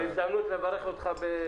זו הזדמנות לכולנו לברך אותך.